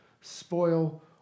spoil